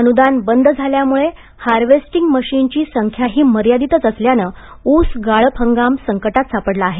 अनुदान बंद झाल्यामुळे हार्वेस्टिंग मशीनची संख्याही मर्यादितच असल्याने ऊस गाळप हंगाम संकटात सापडला आहे